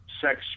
sex